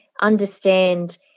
understand